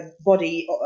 body